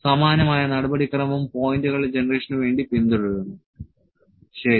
സമാനമായ നടപടിക്രമം പോയിന്റുകളുടെ ജനറേഷനുവേണ്ടി പിന്തുടരുന്നു ശരി